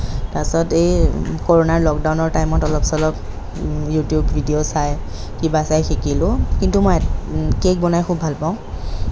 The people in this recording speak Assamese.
তাৰপিছত এই কৰোণাৰ লকডাউনৰ টাইমত অলপ চলপ ইউটিউব ভিডিঅ' চাই কিবা চাই শিকিলোঁ কিন্তু মই কেক বনাই খুব ভালপাওঁ